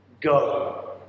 go